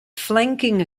flanking